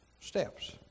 steps